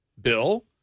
Bill